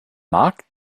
markt